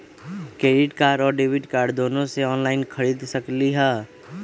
Credit card और debit card दोनों से ऑनलाइन खरीद सकली ह?